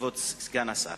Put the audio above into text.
כבוד סגן השר,